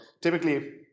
typically